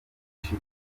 benshi